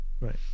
Right